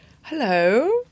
Hello